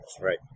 Right